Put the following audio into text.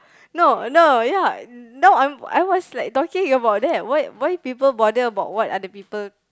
no no ya no I'm I was like talking about that why why people bother about what other people